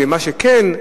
ומה שכן,